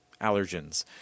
allergens